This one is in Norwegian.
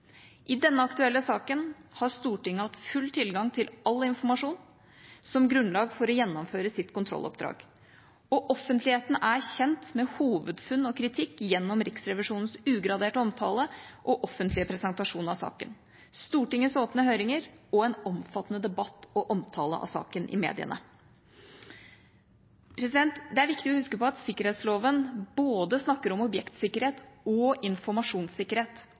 I denne aktuelle saken har Stortinget hatt full tilgang til all informasjon som grunnlag for å gjennomføre sitt kontrolloppdrag, og offentligheten er kjent med hovedfunn og kritikk gjennom Riksrevisjonens ugraderte omtale og offentlige presentasjon av saken, Stortingets åpne høringer og en omfattende debatt og omtale av saken i mediene. Det er viktig å huske på at sikkerhetsloven snakker om både objektsikkerhet og informasjonssikkerhet,